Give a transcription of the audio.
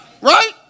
right